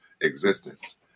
existence